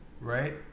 Right